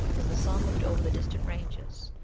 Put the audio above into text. as the sun looked over the distant ranges,